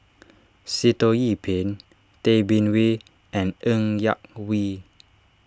Sitoh Yih Pin Tay Bin Wee and Ng Yak Whee